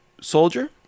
soldier